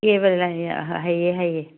ꯀꯦꯕ ꯂꯩꯌꯦ ꯍꯩꯌꯦ ꯍꯩꯌꯦ